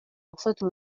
gufata